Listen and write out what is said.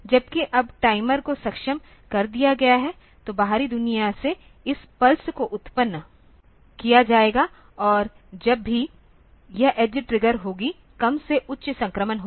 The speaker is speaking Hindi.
जबकि अब टाइमर को सक्षम कर दिया गया है तो बाहरी दुनिया से इन पल्स को उत्पन्न किया जाएगा और जब भी यह एज ट्रिगर होगी कम से उच्च संक्रमण होगा